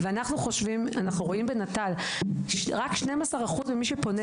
אנחנו רואים בנט"ל שרק 12 אחוזים ממי שפונה